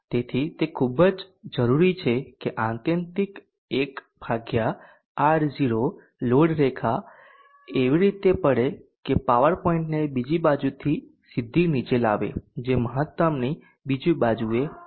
તેથી તે ખૂબ જ જરૂરી છે કે આત્યંતિક 1 ભાગ્યા R0 લોડ રેખા એવી રીતે પડે કે પાવર પોઇન્ટને બીજી બાજુથી સીધી નીચે લાવે જે મહતમ ની બીજી બાજુએ હોય